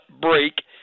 break